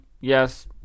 Yes